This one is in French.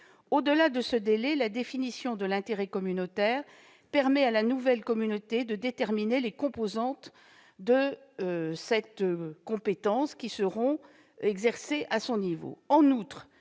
Au-delà de ce délai, la définition de l'intérêt communautaire permet à la nouvelle communauté de communes de déterminer les composantes de cette compétence qui seront exercées à son niveau.